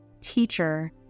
teacher